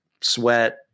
sweat